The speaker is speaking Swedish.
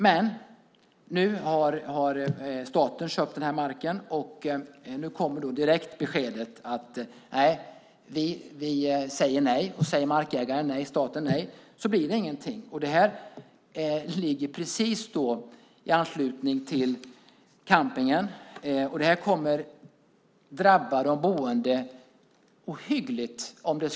Men nu har staten köpt marken, och då kom direkt beskedet att man säger nej. Om markägaren, staten, säger nej blir det ingenting. Det här området ligger precis i anslutning till campingen, och det hela kommer att drabba de boende ohyggligt hårt.